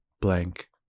blank